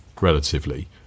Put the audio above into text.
relatively